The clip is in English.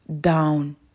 down